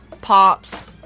Pops